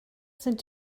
sind